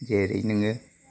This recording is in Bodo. जेरै नोङो